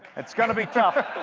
it's going to be tough.